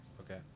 okay